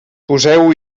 poseu